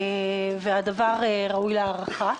הדבר ראוי להערכה,